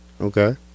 Okay